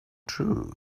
true